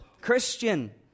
Christian